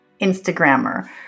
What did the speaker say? Instagrammer